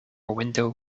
window